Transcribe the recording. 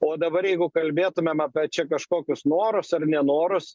o dabar jeigu kalbėtumėm apie čia kažkokius norus ar nenorus